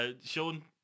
Sean